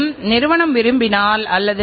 இன்று அந்த நிறுவனம் எங்கு உள்ளது